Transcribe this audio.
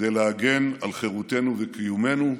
כדי להגן על חירותנו וקיומנו,